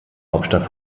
hauptstadt